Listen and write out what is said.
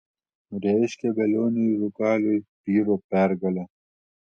reiškia velioniui rūkaliui pyro pergalę